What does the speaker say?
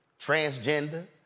transgender